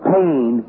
Pain